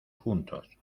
juntos